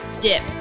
dip